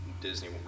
Disney